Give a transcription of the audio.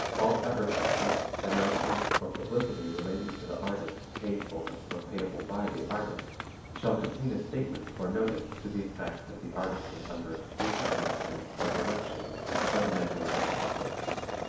all advertisements, announcements or publicity relating to the artist paid for or payable by the artist shall contain a statement or notice to the effect that the artist is under exclusive management or direction of ned wayburn office, inc.